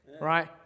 Right